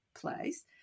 place